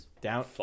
down